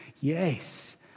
yes